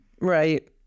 Right